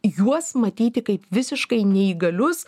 juos matyti kaip visiškai neįgalius